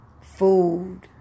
food